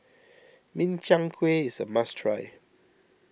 Min Chiang Kueh is a must try